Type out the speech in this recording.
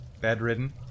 bedridden